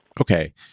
Okay